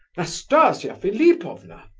nastasia philipovna!